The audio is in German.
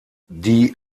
die